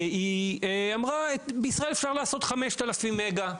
והיא אמרה בישראל אפשר לעשות חמש אלף מגה.